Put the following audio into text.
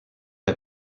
est